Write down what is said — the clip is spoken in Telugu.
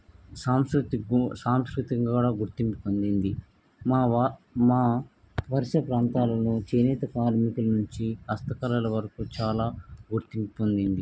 సాంస్కృత్ సాంస్కృతికంగా కూడా గుర్తింపు పొందింది మా వా మా వరుస ప్రాంతాలలో చేనేత కార్మికులు నుంచి హస్తకళలు వరకు చాలా గుర్తింపు పొందింది